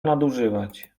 nadużywać